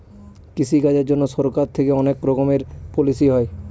কৃষি কাজের জন্যে সরকার থেকে অনেক রকমের পলিসি হয়